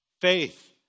Faith